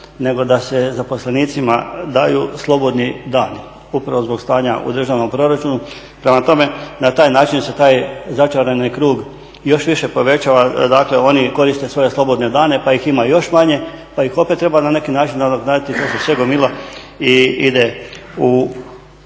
nego da se zaposlenicima daju slobodni dani, upravo zbog stanja u državnom proračunu. Prema tome, na taj način se taj začarani krug još više povećava. Dakle, oni koriste svoje slobodne dane, pa ih ima još manje, pa ih opet treba na neki način nadoknaditi. To se sve gomila i ide u